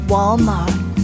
Walmart